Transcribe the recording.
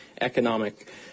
economic